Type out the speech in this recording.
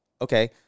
okay